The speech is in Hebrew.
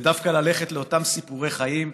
ודווקא ללכת לאותם סיפורי חיים.